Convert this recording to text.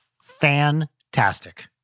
fantastic